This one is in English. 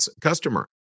customer